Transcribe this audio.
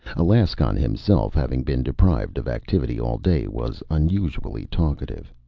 alaskon himself, having been deprived of activity all day, was unusually talkative.